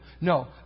No